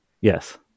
Yes